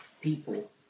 people